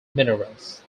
minerals